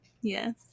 Yes